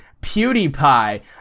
PewDiePie